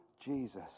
Jesus